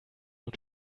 von